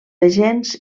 agents